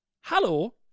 Hello